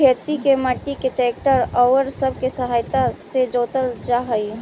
खेत के मट्टी के ट्रैक्टर औउर सब के सहायता से जोतल जा हई